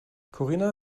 corinna